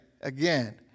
Again